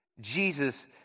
Jesus